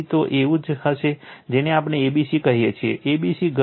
તો એવું જ હશે જેને આપણે a b c કહીએ છીએ a b c ગયો છે